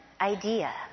idea